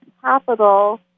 capital